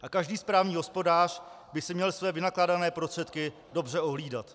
A každý správný hospodář by si měl své vynakládané prostředky dobře ohlídat.